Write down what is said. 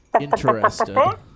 Interested